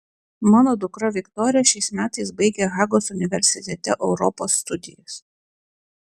mano dukra viktorija šiais metais baigia hagos universitete europos studijas